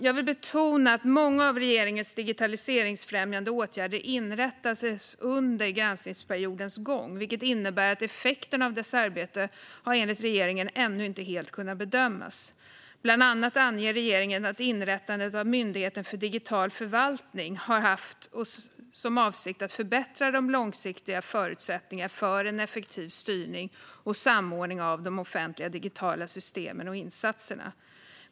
Jag vill betona att många av regeringens digitaliseringsfrämjande åtgärder inrättats under granskningsperiodens gång, vilket enligt regeringen innebär att effekterna av dess arbete ännu inte helt har kunnat bedömas. Bland annat anger regeringen att inrättandet av Myndigheten för digital förvaltning har haft som avsikt att förbättra de långsiktiga förutsättningarna för en effektiv styrning och samordning av de offentliga digitala systemen och insatserna.